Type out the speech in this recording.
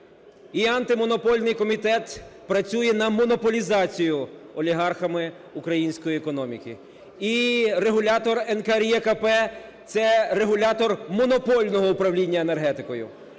І Антимонопольний комітет працює на монополізацію олігархами української економіки. І регулятор НКРЕКП – це регулятор монопольного управління енергетикою.